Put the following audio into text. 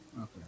Okay